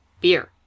Beer